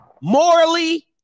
morally